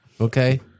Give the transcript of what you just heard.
okay